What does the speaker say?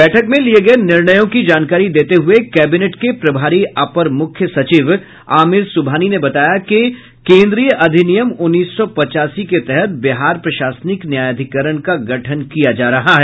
बैठक में लिये गये निर्णयों की जानकारी देते हये कैबिनेट के प्रभारी अपर मुख्य सचिव आमिर सुबहानी ने बताया कि केंद्रीय अधिनियम उन्नीस सौ पचासी के तहत बिहार प्रशासनिक न्यायाधिकरण का गठन किया जा रहा है